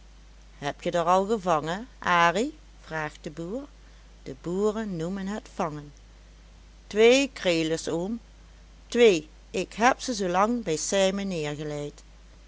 heb je der al gevangen arie vraagt de boer de boeren noemen het vangen twee krelis oom twee ik heb ze zoolang bij sijmen neergeleid